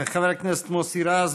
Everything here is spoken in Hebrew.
חבר הכנסת מוסי רז,